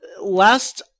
last